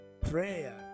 Prayer